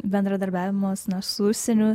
bendradarbiavimas su užsieniu